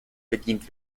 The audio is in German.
bedient